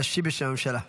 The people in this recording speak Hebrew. להשיב בשם הממשלה.